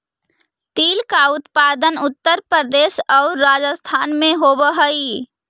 तिल का उत्पादन उत्तर प्रदेश और राजस्थान में होवअ हई